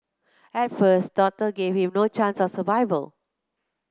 at first doctor gave him no chance of survival